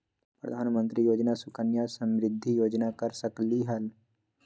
प्रधानमंत्री योजना सुकन्या समृद्धि योजना कर सकलीहल?